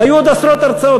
היו עוד עשרות הרצאות.